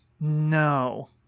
no